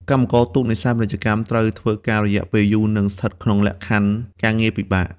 កម្មករទូកនេសាទពាណិជ្ជកម្មត្រូវធ្វើការ រយៈពេលយូរ និងស្ថិតក្នុងលក្ខខណ្ឌការងារពិបាក។